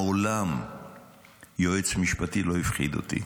מעולם יועץ משפטי לא הפחיד אותי,